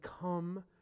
come